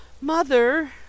Mother